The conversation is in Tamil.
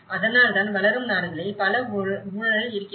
அதனால்தான் வளரும் நாடுகளில் பல ஊழல் இருக்கிறது